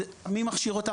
מי מכשיר אותם?